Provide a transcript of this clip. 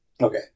Okay